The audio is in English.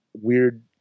weird